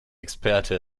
experte